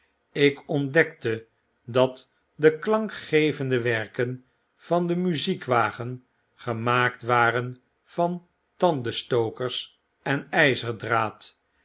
ik ontdekte dat de klankgevende werken van den muziek wagen gemaakt waren van tandenstokers en yzerdraad